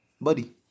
buddy